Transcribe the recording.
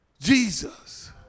Jesus